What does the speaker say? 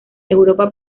europa